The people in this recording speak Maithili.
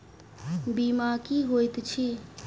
बीमा की होइत छी?